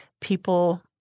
people